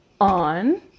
On